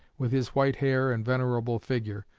with his white hair and venerable figure.